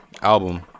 album